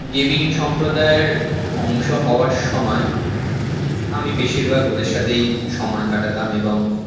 gaming সম্প্রদায়ের অংশ হওয়ার সমায় আমি বেশিরভাগ ওদের সাথেই সময় কাটাতাম এবং